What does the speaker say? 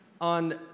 on